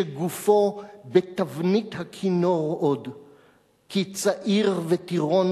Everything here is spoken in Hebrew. שגופו בתבנית הכינור עוד:/ כי צעיר וטירון